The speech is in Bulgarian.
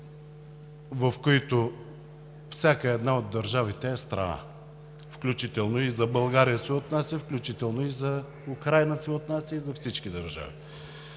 в които всяка една от държавите е страна, включително и за България се отнася, включително и за Украйна се отнася, и за всички държави.